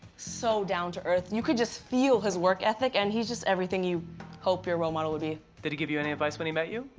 so down to earth. you could just feel his work ethic and he's just everything you hope your role model would be. did he give you any advice when he met you?